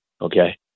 Okay